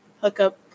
hookup